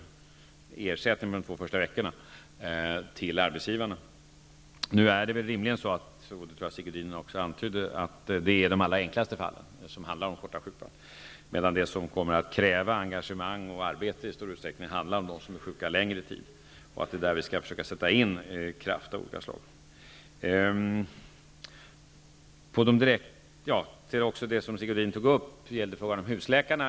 Då fördes ju administrationen beträffande ersättningen för de två första veckorna över på arbetsgivarna. Rimligen handlar det -- jag tror att Sigge Godin antydde det -- om de allra enklaste fallen, nämligen fall som gäller korttidssjuka. Vad som kommer att kräva engagemang och arbete däremot är i stor utsträckning de som är sjuka under en längre tid. Det är i det sammanhanget som vi skall försöka att med kraft sätta in åtgärder av olika slag. Sigge Godin tog också upp frågan om husläkarna.